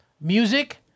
music